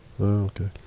okay